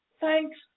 Thanks